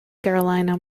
carolina